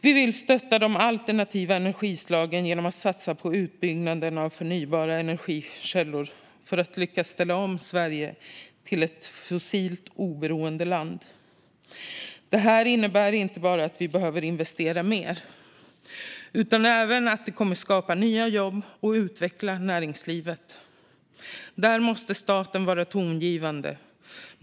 Vi vill stötta de alternativa energislagen genom att satsa på utbyggnaden av förnybara energikällor för att lyckas ställa om Sverige till ett fossiloberoende land. Det innebär inte bara att vi behöver investera mer. Det kommer även att skapa nya jobb och utveckla näringslivet. Här måste staten vara tongivande.